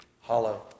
hollow